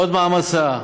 עוד מעמסה?